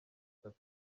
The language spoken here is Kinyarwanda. itatu